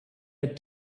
had